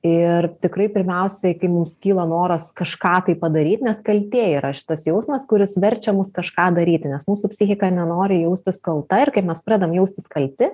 ir tikrai pirmiausiai kai mums kyla noras kažką tai padaryt nes kaltė yra šitas jausmas kuris verčia mus kažką daryti nes mūsų psichika nenori jaustis kalta ir kaip mes pradedam jaustis kalti